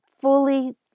fully